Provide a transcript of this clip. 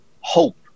hope